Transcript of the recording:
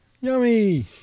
Yummy